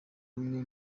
umwe